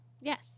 Yes